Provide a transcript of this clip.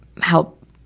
help